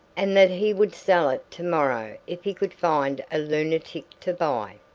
and that he would sell it to-morrow if he could find a lunatic to buy.